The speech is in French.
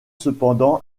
cependant